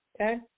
Okay